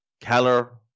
Keller